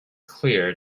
clear